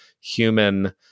human